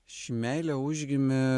ši meilė užgimė